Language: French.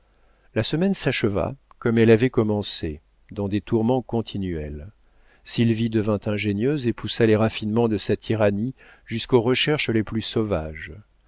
la semaine s'acheva comme elle avait commencé dans des tourments continuels sylvie devint ingénieuse et poussa les raffinements de sa tyrannie jusqu'aux recherches les plus sauvages